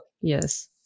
Yes